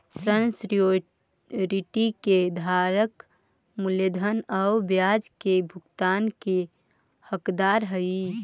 ऋण सिक्योरिटी के धारक मूलधन आउ ब्याज के भुगतान के हकदार हइ